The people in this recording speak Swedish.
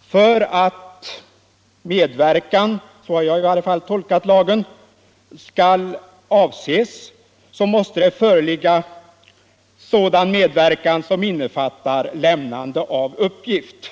För att medverkan — så har i varje fall jag tolkat lagen — skall avses måste sådan medverkan föreligga som innefattar lämnande av uppgift.